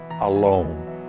alone